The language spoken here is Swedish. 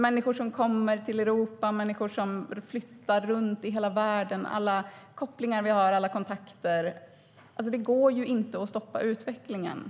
Människor kommer till Europa. Människor flyttar runt i hela världen. Vi har kopplingar och kontakter. Det går inte att stoppa utvecklingen.